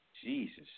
Jesus